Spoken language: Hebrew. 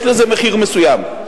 יש לזה מחיר מסוים.